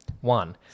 One